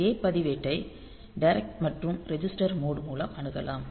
A பதிவேட்டை direct மற்றும் register mode மூலம் அணுகலாம்